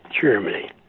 Germany